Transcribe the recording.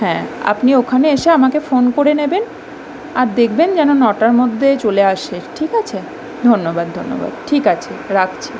হ্যাঁ আপনি ওখানে এসে আমাকে ফোন করে নেবেন আর দেখবেন যেন নটার মধ্যে চলে আসে ঠিক আছে ধন্যবাদ ধন্যবাদ ঠিক আছে রাখছি